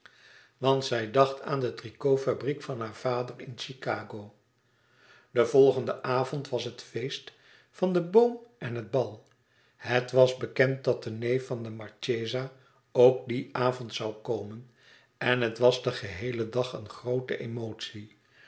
want zij dacht aan de tricotfabriek van haar vader in chicago den volgenden avond was het feest van den boom en het bal het was bekend dat de neef van de marchesa ook dien avond zoû komen en het was den geheelen dag een groote emotie